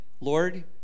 Lord